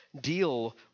deal